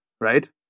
right